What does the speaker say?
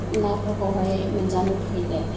नाफोरखौहाय मोनजानो फैले